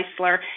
Chrysler